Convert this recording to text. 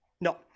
No